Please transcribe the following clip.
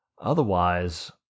Otherwise